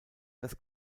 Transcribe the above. das